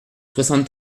soixante